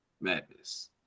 Madness